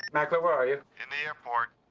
mackler, where are you? in the airport.